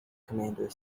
commander